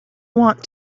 want